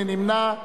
מי נמנע?